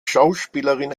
schauspielerin